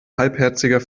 halbherziger